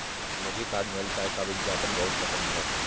मुझे ताजमहल चाय का विज्ञापन बहुत पसंद है